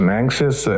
anxious